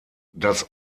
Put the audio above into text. das